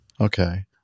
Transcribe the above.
Okay